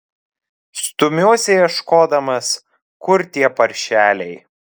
stumiuosi ieškodamas kur tie paršeliai